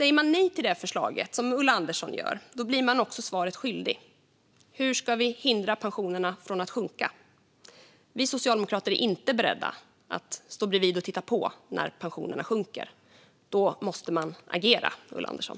Säger man nej till detta förslag, som Ulla Andersson gör, blir man också svaret skyldig: Hur ska vi hindra pensionerna från att sjunka? Vi socialdemokrater är inte beredda att stå bredvid och titta på när pensionerna sjunker. Då måste man agera, Ulla Andersson.